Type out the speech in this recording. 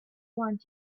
want